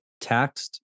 taxed